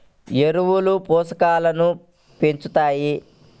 ఎరువులు పోషకాలను పెంచుతాయా?